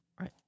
right